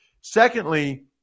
Secondly